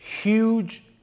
huge